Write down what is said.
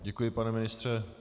Děkuji, pane ministře.